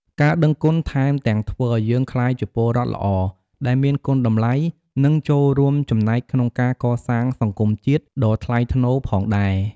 ការដឹងគុណថែមទាំងធ្វើឱ្យយើងក្លាយជាពលរដ្ឋល្អដែលមានគុណតម្លៃ និងចូលរួមចំណែកក្នុងការកសាងសង្គមជាតិដ៏ថ្លៃថ្នូរផងដែរ។